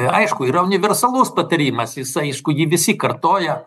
aišku yra universalus patarimas jis aišku jį visi kartoja